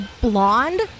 blonde